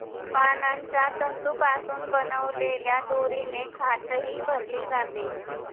पानांच्या तंतूंपासून बनवलेल्या दोरीने खाटही भरली जाते